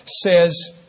says